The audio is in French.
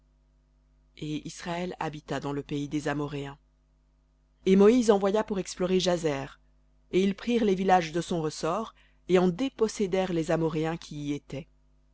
et israël habita dans le pays des amoréens v et moïse envoya pour explorer jahzer et ils prirent les villages de son ressort et en dépossédèrent les amoréens qui y étaient